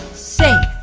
safe!